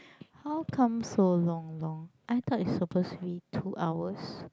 how come so long long I thought is suppose to be two hours